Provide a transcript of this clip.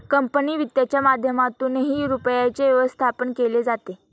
company वित्तच्या माध्यमातूनही रुपयाचे व्यवस्थापन केले जाते